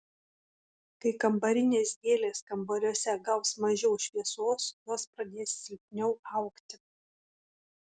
kai kambarinės gėlės kambariuose gaus mažiau šviesos jos pradės silpniau augti